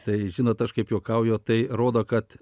tai žinot aš kaip juokauju tai rodo kad